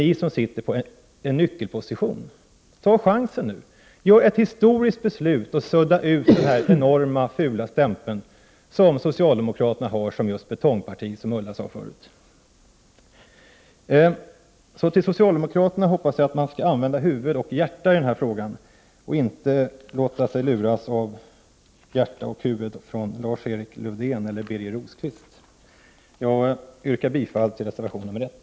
1988/89:35 nyckelposition. Ta chansen! Fatta ett historiskt beslut och sudda ut den 30 november 1988 enorma, fula stämpeln av betongparti, som Ulla Tillander nämnde förut. Jag Jä oäemn hoppas att socialdemokraterna skall använda huvud och hjärta i denna fråga och inte låta sig luras av Lars-Erik Lövdéns eller Birger Rosqvists hjärta och huvud. Jag yrkar bifall till reservation nr 1.